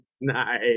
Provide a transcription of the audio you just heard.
Nice